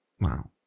Wow